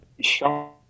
Sean